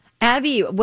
Abby